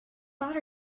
bought